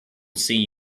see